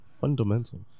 fundamentals